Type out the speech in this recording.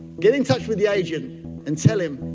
get in touch with the agent and tell him,